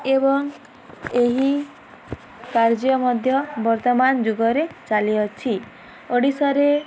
ଏବଂ ଏହି କାର୍ଯ୍ୟ ମଧ୍ୟ ବର୍ତ୍ତମାନ ଯୁଗରେ ଚାଲିଅଛି ଓଡ଼ିଶାରେ